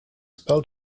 spell